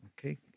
Okay